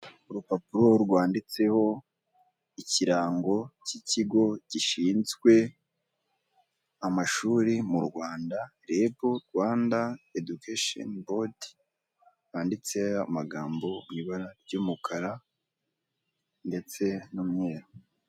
Urupapuro rwanditseho ikirango cy'ikigo gishinzwe amashuri mu Rwanda rebo Rwanda edikesheni bodi banditse amagambo mu ibara ry'umukara ndetse n'umweru.